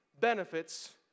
benefits